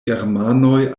germanoj